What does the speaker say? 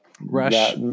Rush